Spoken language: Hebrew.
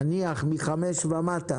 נניח מ-5 ומטה